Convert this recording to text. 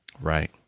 right